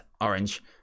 Orange